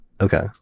Okay